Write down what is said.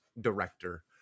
director